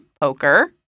poker